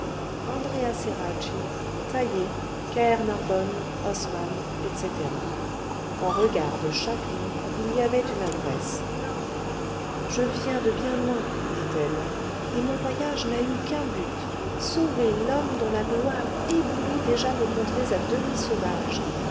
andréa ceracchi taïeh caërnarvon osman etc en regard de chaque nom il y avait une adresse je viens de bien loin dit-elle et mon voyage n'a eu qu'un but sauver l'homme dont la gloire éblouit déjà nos contrées à